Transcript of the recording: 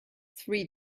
three